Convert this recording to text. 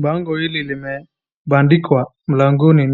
Bango hili limebandikwa mlangoni